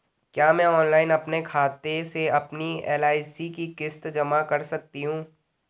क्या मैं ऑनलाइन अपने खाते से अपनी एल.आई.सी की किश्त जमा कर सकती हूँ?